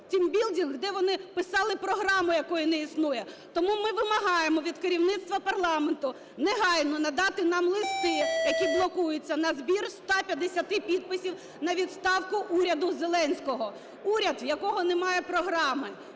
building, де вони писали програму, якої не існує. Тому ми вимагаємо від керівництва парламенту негайно надати нам листи, які блокуються, на збір 150 підписів на відставку уряду Зеленського. Уряд, в якого немає програми,